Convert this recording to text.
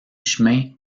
chemin